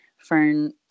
Fern